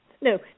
No